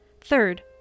Third